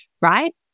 Right